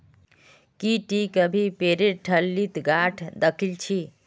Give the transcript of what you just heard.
की टी कभी पेरेर ठल्लीत गांठ द खिल छि